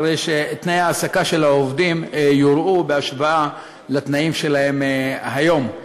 הרי שתנאי ההעסקה של העובדים יורעו בהשוואה לתנאים שלהם היום.